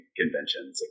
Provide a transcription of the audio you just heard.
conventions